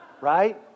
Right